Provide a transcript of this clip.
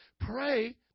pray